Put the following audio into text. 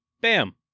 bam